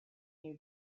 new